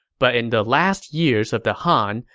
but in the last years of the han,